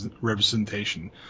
representation